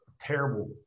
terrible